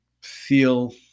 feel